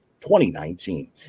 2019